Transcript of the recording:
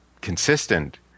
consistent